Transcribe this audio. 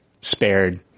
spared